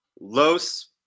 Los